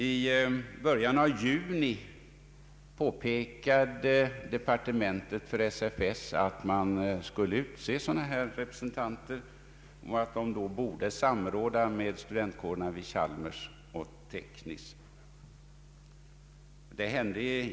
I början av juni påpekade departementet för SFS att representanter skulle utses och att SFS borde samråda med studentkårerna vid Chalmers och tekniska högskolan.